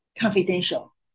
confidential